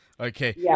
Okay